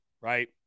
right